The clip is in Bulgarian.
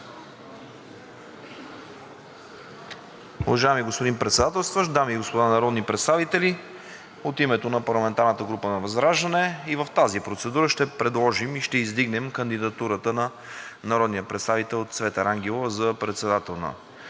Уважаеми господин Председателстващ, дами и господа народни представители! От името на парламентарната група на ВЪЗРАЖДАНЕ и в тази процедура ще предложим и ще издигнем кандидатурата на народния представител Цвета Рангелова за председател на